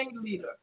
leader